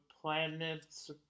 planet's